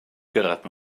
gyrraedd